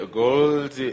gold